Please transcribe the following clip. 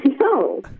No